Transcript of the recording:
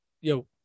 yo